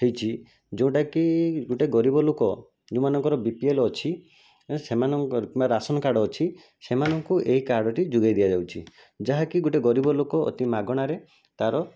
ହୋଇଛି ଯେଉଁଟାକି ଗୋଟିଏ ଗରିବ ଲୋକ ଯେଉଁମାନଙ୍କର ବି ପି ଏଲ୍ ଅଛି ସେମାନଙ୍କର କିମ୍ବା ରାସନ୍ କାର୍ଡ଼୍ ଅଛି ସେମାନଙ୍କୁ ଏହି କାର୍ଡ଼୍ଟି ଯୋଗାଇ ଦିଆଯାଉଛି ଯାହାକି ଗୋଟିଏ ଗରିବଲୋକ ଅତି ମାଗଣାରେ ତା'ର